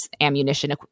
ammunition